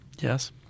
Yes